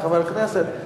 כחבר כנסת,